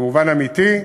במובן אמיתי,